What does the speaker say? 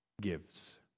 gives